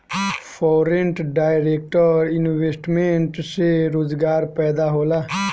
foreign direct investment से रोजगार पैदा होला